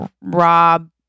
Rob